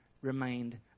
remained